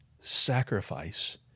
sacrifice